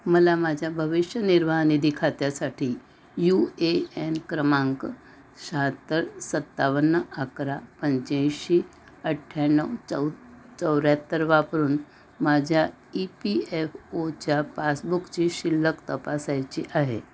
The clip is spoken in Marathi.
मला माझ्या भविष्य निर्वाह निधी खात्यासाठी यू ए एन क्रमांक शहात्तर सत्तावन्न अकरा पंच्याऐंशी अठ्ठ्याण्णव चौ चौऱ्याहत्तर वापरून माझ्या ई पी एफ ओच्या पासबुकची शिल्लक तपासायची आहे